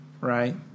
right